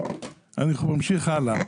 אנחנו נמשיך הלאה.